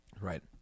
right